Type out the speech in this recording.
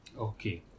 Okay